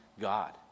God